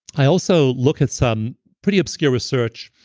i also look at some pretty obscure research,